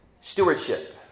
Stewardship